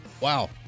Wow